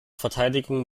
verteidigung